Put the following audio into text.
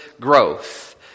growth